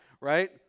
right